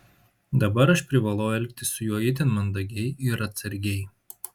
dabar aš privalau elgtis su juo itin mandagiai ir atsargiai